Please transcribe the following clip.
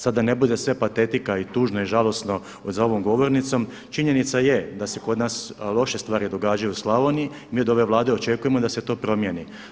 Sada da ne bude sve patetika i tužno i žalosno za ovom govornicom činjenica je da se kod nas loše stvari događaju u Slavoniji, mi od ove Vlada očekujemo da se to promijeni.